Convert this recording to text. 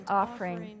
offering